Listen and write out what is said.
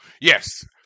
Yes